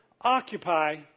occupy